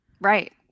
Right